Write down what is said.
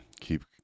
Keep